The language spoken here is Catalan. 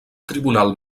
tribunal